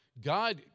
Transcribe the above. God